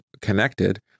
connected